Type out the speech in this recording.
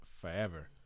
forever